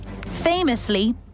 Famously